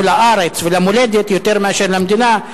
הוא לארץ ולמולדת יותר מאשר למדינה.